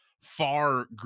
far